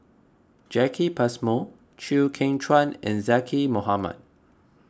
Jacki Passmore Chew Kheng Chuan and Zaqy Mohamad